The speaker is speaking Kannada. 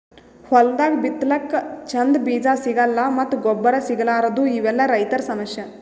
ಹೊಲ್ದಾಗ ಬಿತ್ತಲಕ್ಕ್ ಚಂದ್ ಬೀಜಾ ಸಿಗಲ್ಲ್ ಮತ್ತ್ ಗೊಬ್ಬರ್ ಸಿಗಲಾರದೂ ಇವೆಲ್ಲಾ ರೈತರ್ ಸಮಸ್ಯಾ